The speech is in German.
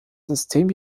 system